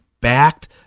backed